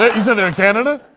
you said they're in canada?